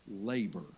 labor